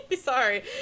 Sorry